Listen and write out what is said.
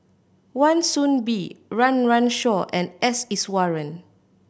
Wan Soon Bee Run Run Shaw and S Iswaran